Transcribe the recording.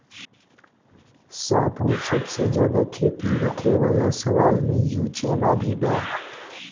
सातगो सबसे ज्यादा खेती होखे वाला शैवाल में युचेमा भी बा